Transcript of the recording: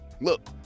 look